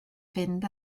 fynd